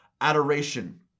adoration